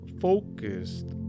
focused